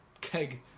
keg